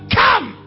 come